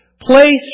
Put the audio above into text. place